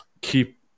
keep